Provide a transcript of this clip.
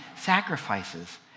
sacrifices